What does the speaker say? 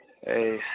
Hey